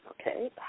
Okay